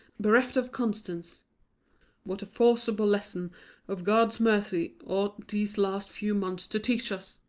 bereft of constance what a forcible lesson of god's mercy ought these last few months to teach us!